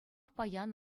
паян